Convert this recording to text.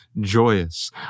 joyous